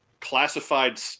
classified